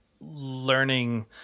learning